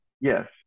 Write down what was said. yes